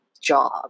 job